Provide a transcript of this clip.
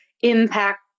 impact